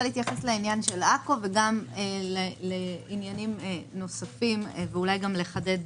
להתייחס לעניין של עכו וגם לעניינים נוספים ואולי גם לחדד